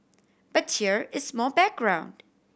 but here is more background